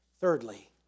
Thirdly